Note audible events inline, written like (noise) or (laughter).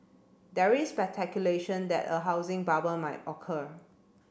there is (unintelligible) that a housing bubble might occur